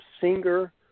singer